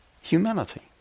humanity